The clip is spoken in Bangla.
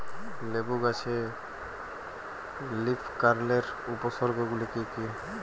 লেবু গাছে লীফকার্লের উপসর্গ গুলি কি কী?